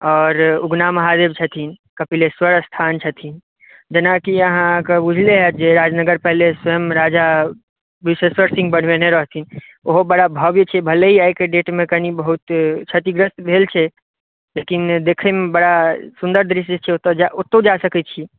आओर उगना महादेव छथिन कपिलेश्वर स्थान छथिन जेना कि अहाँकें बुझले होयत जे राजनगर पैलेस स्वयं राजा विशेश्वर सिंह बनबेने रहथिन ओहो बड़ा भव्य छै भेलहि आइ के डेट मे कनी बहुत क्षतिग्रस्त भेल छै लेकिन देखैमे बड़ा सुन्दर दृश्य छै ओतय ओतौ जा सकै छी